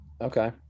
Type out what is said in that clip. Okay